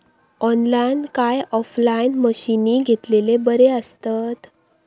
Online काय offline मशीनी घेतलेले बरे आसतात?